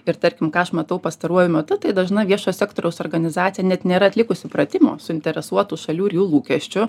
ir tarkim ką aš matau pastaruoju metu tai dažna viešo sektoriaus organizacija net nėra atlikusi pratimo suinteresuotų šalių ir jų lūkesčių